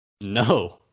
No